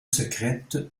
secrète